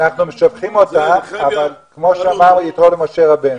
אנחנו משבחים אותך אבל כמו שאמר יתרו למשה רבנו,